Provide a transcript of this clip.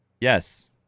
Yes